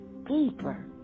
deeper